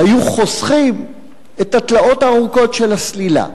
והיו חוסכים את התלאות הארוכות של הסלילה.